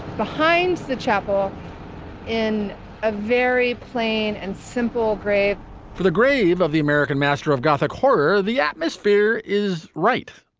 behind the chapel in a very plain and simple grave for the grave of the american master of gothic horror the atmosphere is right.